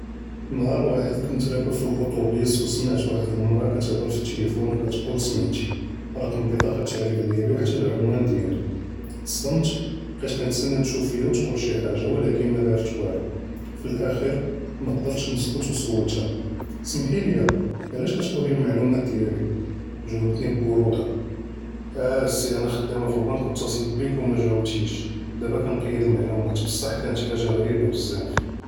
נהאר ואחד כנת רכב פי אל-אוטוביס ו שמעת ואחד המרא כתחדר פי אל-טלפון ו کتقول اسميتي رقم بطاقة التعريف ديالي و حتی العنوان ديالي تصدمت בקט כנסנא תشاف פיה ו تقول שי حاجة ו לקין מא דרת וואלו פי אל-אחר مقدرتש נסקט ו סולתה אסמעלי ליה עלאש كتقول המידעאת דיאלי גאובתני ברודה אה סי انا חדמה פי אלבנק ו אתصلת ביך ו מגאובתיש דבא כנקיד המידעאת בצח כנת חאגה גריבה בזאף.